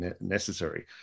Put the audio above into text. necessary